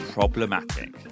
Problematic